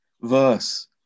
verse